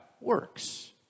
works